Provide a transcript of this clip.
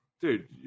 Dude